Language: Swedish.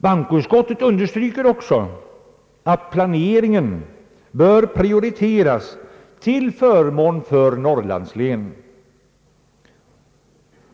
Bankoutskottet understryker också att planeringen bör prioriteras till förmån för norrlandslänen.